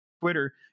Twitter